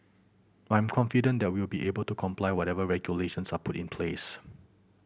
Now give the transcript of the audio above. I'm confident that we'll be able to comply whatever regulations are put in place